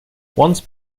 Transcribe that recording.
once